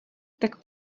tak